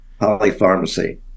polypharmacy